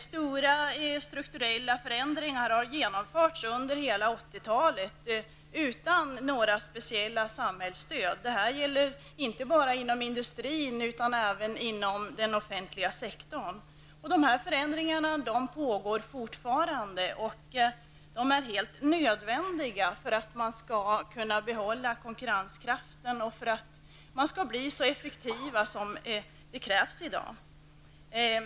Stora strukturella förändringar har genomförts under hela 80-talet, utan något speciellt samhällsstöd. Det här gäller inte bara inom industrin utan även inom den offentliga sektorn. Dessa förändringar pågår fortfarande. De är helt enkelt nödvändiga för att man skall kunna behålla sin konkurrenskraft och bli så effektiv som det krävs i dag.